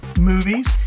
movies